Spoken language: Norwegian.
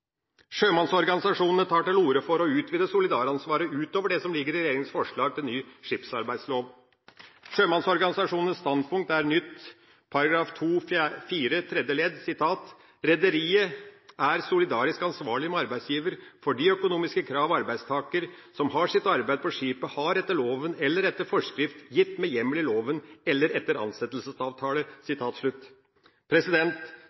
Sjømannsorganisasjonene tar til orde for å utvide solidaransvaret utover det som ligger i regjeringas forslag til ny skipsarbeidslov. Sjømannsorganisasjonenes standpunkt er ny § 2-4 tredje ledd: «Rederiet er solidarisk ansvarlig med arbeidsgiveren for de økonomiske krav arbeidstaker som har sitt arbeid på skipet har etter loven eller etter forskrift gitt med hjemmel i loven eller etter